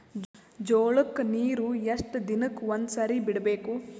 ಜೋಳ ಕ್ಕನೀರು ಎಷ್ಟ್ ದಿನಕ್ಕ ಒಂದ್ಸರಿ ಬಿಡಬೇಕು?